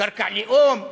קרקע הלאום,